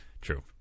True